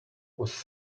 was